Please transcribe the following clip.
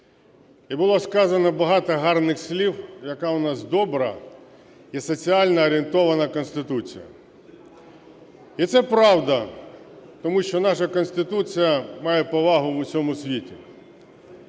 і було сказано багато гарних слів, яка у нас добра і соціально орієнтована Конституція. І це правда, тому що наша Конституція має повагу в усьому світі.